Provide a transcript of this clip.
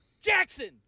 Jackson